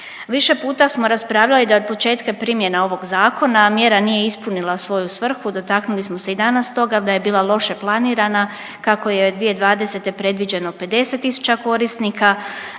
Više puta smo raspravljali da je od početka primjene ovog zakona mjera nije ispunila svoju svrhu, dotaknuli smo se i danas toga da je bila loše planirana kako je 2020. predviđeno 50 000 korisnika,